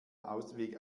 ausweg